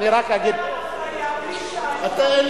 אי-אפשר לדבר על אפליה בלי שהאחראי לקליטה,